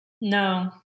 No